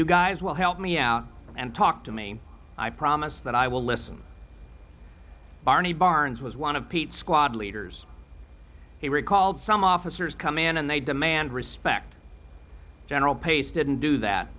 you guys will help me out and talk to me i promise that i will listen barney barnes was one of pete squad leaders he recalled some officers come in and they demand respect general pace didn't do that